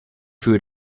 für